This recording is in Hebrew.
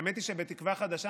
האמת היא שבתקווה חדשה,